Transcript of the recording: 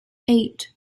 eight